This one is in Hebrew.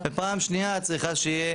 ופעם שנייה את צריכה שיהיה,